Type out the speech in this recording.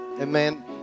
Amen